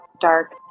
dark